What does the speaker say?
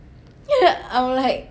then I'm like